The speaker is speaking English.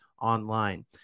online